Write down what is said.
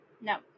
No